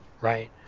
right